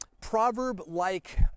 proverb-like